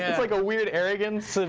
it's like a weird arrogance.